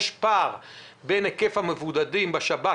יש פער בין היקף המבודדים בשב"כ,